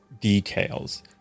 details